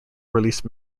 release